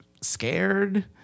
scared